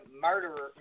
murderer